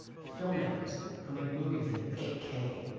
filmmakers, who make movies in eight k,